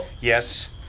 Yes